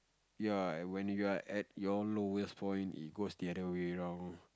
ya when you're at your lowest point it goes the other way round